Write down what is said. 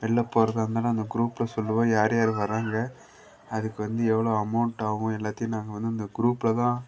வெளில போவதா இருந்தாலும் அந்த க்ரூப்பில் சொல்லுவோம் யார் யார் வராங்க அதுக்கு வந்து எவ்வளோ அமௌண்ட்டாகும் எல்லாத்தையும் நாங்கள் வந்து அந்த க்ரூப்பில் தான்